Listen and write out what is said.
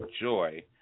joy